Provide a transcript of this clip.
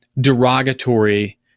derogatory